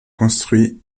construits